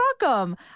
welcome